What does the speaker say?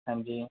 ਹਾਂਜੀ